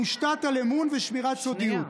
המושתת על אמון ושמירת סודיות, שנייה.